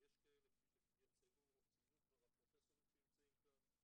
ויש כאלה כפי שציינו כבר הפרופסורים שנמצאים כאן,